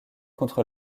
contre